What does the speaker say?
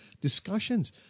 discussions